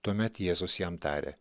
tuomet jėzus jam tarė